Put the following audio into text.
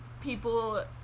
people